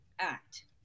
act